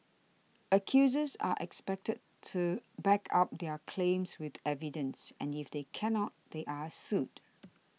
accusers are expected to back up their claims with evidence and if they cannot they are sued